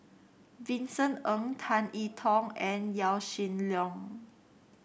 Vincent Ng Tan I Tong and Yaw Shin Leong